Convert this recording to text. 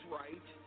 right